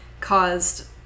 caused